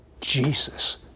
Jesus